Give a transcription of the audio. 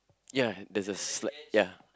ya there's a slack ya